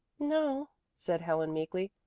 no, said helen meekly.